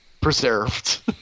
preserved